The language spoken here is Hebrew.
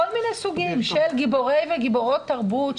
כל מיני סוגים של גיבורי וגיבורות תרבות,